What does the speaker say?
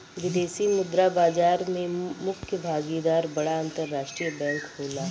विदेशी मुद्रा बाजार में मुख्य भागीदार बड़ा अंतरराष्ट्रीय बैंक होला